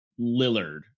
Lillard